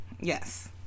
Yes